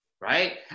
right